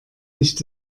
nicht